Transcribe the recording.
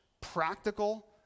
practical